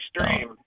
extreme